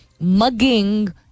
mugging